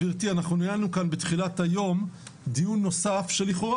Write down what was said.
גברתי אנחנו ניהלנו כאן בתחילת היום דיון נוסף שלכאורה